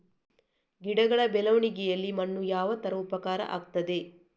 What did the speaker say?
ಗಿಡಗಳ ಬೆಳವಣಿಗೆಯಲ್ಲಿ ಮಣ್ಣು ಯಾವ ತರ ಉಪಕಾರ ಆಗ್ತದೆ?